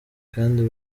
kandi